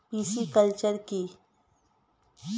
Pisciculture কি?